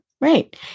Right